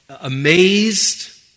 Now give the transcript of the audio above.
amazed